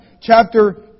Chapter